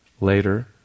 Later